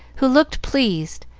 who looked pleased,